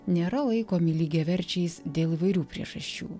nėra laikomi lygiaverčiais dėl įvairių priežasčių